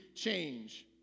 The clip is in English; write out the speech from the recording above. change